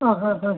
ആ ആ ആ